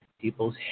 People's